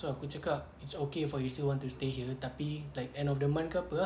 so aku cakap it's okay for you still want to stay here tapi like end of the month ke apa ah